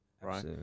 right